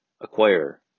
acquire